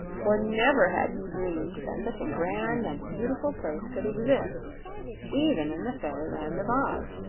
for never had he dreamed that such a grand and beautiful place could exist even in the fairyland of oz.